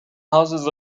houses